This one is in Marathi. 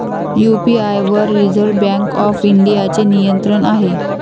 यू.पी.आय वर रिझर्व्ह बँक ऑफ इंडियाचे नियंत्रण आहे